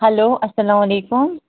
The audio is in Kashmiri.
ہٮ۪لو اسلام علیکُم